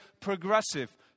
progressive